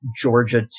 Georgia